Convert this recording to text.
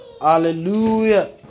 Hallelujah